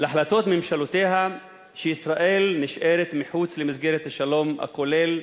החלטות ממשלותיה שישראל נשארת מחוץ למסגרת השלום הכולל,